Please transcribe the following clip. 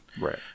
Right